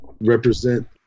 represent